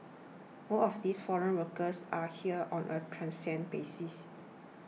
most of these foreign workers are here on a transient basis